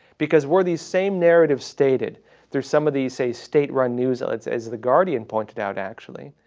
because where these same narrative stated through some of these say state-run news ads as the guardian pointed out actually,